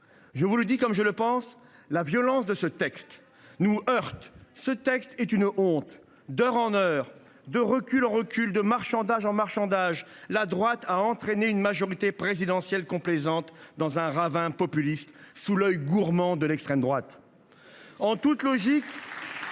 Je vous le dis comme je le pense : la violence de ce texte nous heurte. Ce texte est une honte ! D’heure en heure, de recul en recul, de marchandage en marchandage, la droite a entraîné une majorité présidentielle complaisante dans un ravin populiste, sous l’œil gourmand de l’extrême droite. C’est ce qu’a